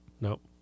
Nope